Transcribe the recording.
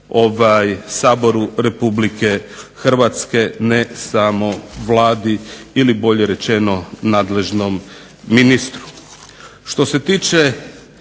Saboru Republike Hrvatske, ne samo Vladi ili boje rečeno nadležnom ministru.